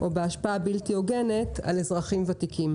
או בהשפעה הבלתי הוגנת על אזרחים ותיקים.